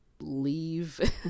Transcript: leave